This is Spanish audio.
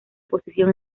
posición